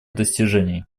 достижений